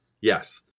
Yes